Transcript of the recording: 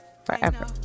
forever